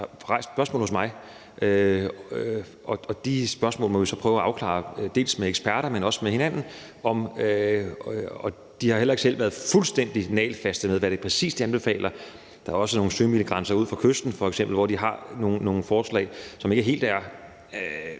rejst spørgsmål hos mig, og de spørgsmål må vi så prøve at afklare, dels med eksperter, dels med hinanden. De har heller ikke selv været fuldstændig nagelfaste med, hvad det præcis er, de anbefaler. Der er f.eks. også nogle sømilegrænser ud for kysten, hvor de har nogle forslag, som ikke er